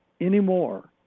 anymore